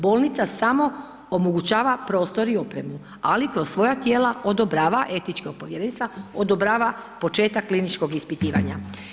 Bolnica samo omogućava prostor i opremu, ali kroz svoja tijela odobrava, etička povjerenstva, odobrava početak kliničkog ispitivanja.